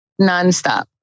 nonstop